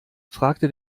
fragte